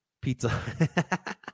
pizza